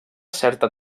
certa